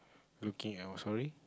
looking out sorry